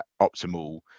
optimal